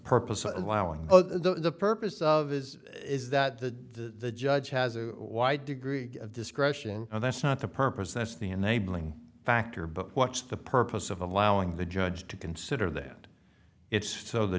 oh the purpose of is is that the judge has a wide degree of discretion and that's not the purpose that's the enabling factor but what's the purpose of allowing the judge to consider that it's so the